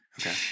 Okay